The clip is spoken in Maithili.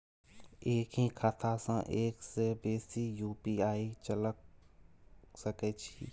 एक ही खाता सं एक से बेसी यु.पी.आई चलय सके छि?